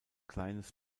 kleines